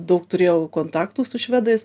daug turėjau kontaktų su švedais